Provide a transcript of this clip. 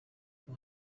uko